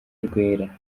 rwera